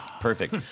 Perfect